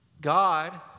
God